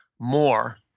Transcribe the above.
more